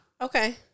Okay